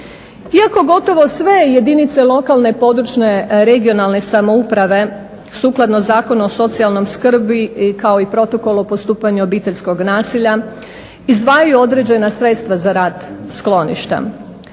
Iako gotovo sve jedinice lokalne, područne, regionalne samouprave sukladno Zakonu o socijalnoj skrbi kao i Protokol o postupanju obiteljskog nasilja izdvajaju određena sredstva za rad skloništa.